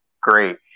great